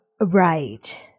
Right